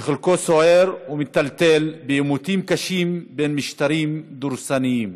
שחלקו סוער ומיטלטל בעימותים קשים בין משטרים דורסניים.